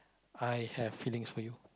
I have feelings for you